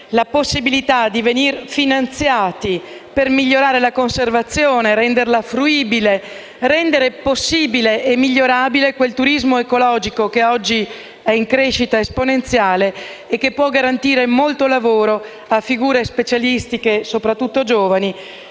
la possibilità di venire finanziati per migliorare la conservazione, renderla fruibile e rendere possibile e migliorabile quel turismo ecologico che oggi è in crescita esponenziale e che può garantire molto lavoro a figure specialistiche, soprattutto ai giovani.